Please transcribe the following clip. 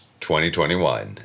2021